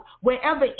wherever